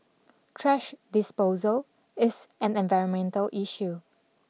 trash disposal is an environmental issue